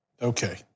Okay